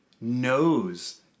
knows